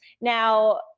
now